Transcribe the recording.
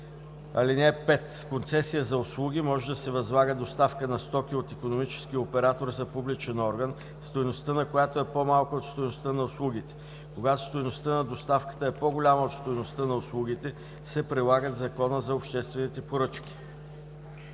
т. 3. (5) С концесия за услуги може да се възлага доставка на стоки от икономически оператор за публичен орган, стойността на която е по-малка от стойността на услугите. Когато стойността на доставката е по-голяма от стойността на услугите, се прилага Законът за обществените поръчки.“